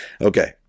Okay